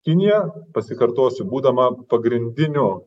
kinija pasikartosiu būdama pagrindiniu